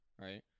right